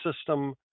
system